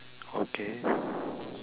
okay